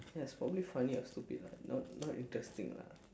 yes for me funny or stupid lah not not interesting lah